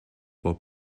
while